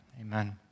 Amen